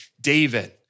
David